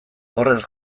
horrez